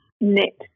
knit